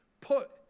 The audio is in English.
put